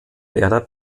werder